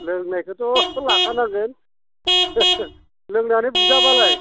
लोंनायखौथ' लाखानागोन लोंनानै बुजाबालाय